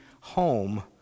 home